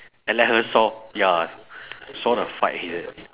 and let her saw ya saw the fight here